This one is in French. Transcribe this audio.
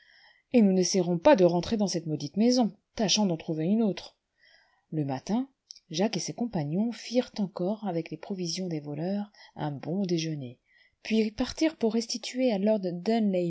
et nous n'essayerons pas de rentrer dans cette maudite maison tâchons d'en trouver une autre le matin jacques et ses compagnons firent encore avec les provisions des voleurs un bon déjeuner puis partirent pour restituer à lord